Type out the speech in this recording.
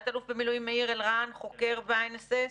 במיל' מאיר אלרן, חוקר ב-INSS.